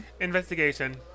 Investigation